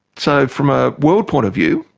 so from a world point of view,